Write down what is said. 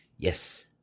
Yes